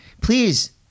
Please